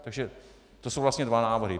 Takže to jsou vlastně dva návrhy.